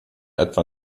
etwa